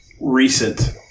recent